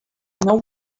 know